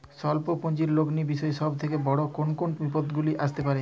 স্বল্প পুঁজির লগ্নি বিষয়ে সব থেকে বড় কোন কোন বিপদগুলি আসতে পারে?